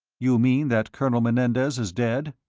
you mean that colonel menendez is dead?